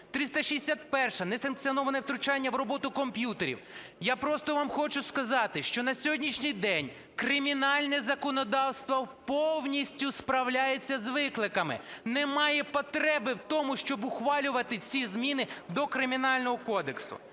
– несанкціоноване втручання в роботу комп'ютерів. Я просто вам хочу сказати, що на сьогоднішній день кримінальне законодавство повністю справляється з викликами, немає потреби в тому, щоб ухвалювати ці зміни до Кримінального кодексу.